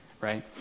right